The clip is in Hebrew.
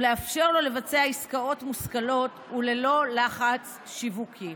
ולאפשר לו לבצע עסקאות מושכלות וללא לחץ שיווקי.